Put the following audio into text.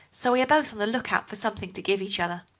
so we are both on the look-out for something to give each other.